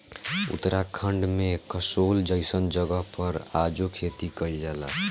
उत्तराखंड में कसोल जइसन जगह पर आजो खेती कइल जाला